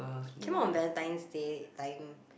came out on Valentine's Day time